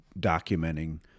documenting